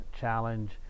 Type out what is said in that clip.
challenge